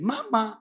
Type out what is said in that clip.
Mama